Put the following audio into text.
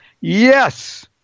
yes